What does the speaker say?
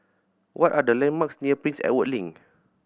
what are the landmarks near Prince Edward Link